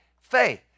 faith